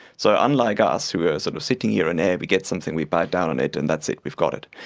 so unlike us us who are sort of sitting here in air, we get something, we bite down on it and that's it, we've got it.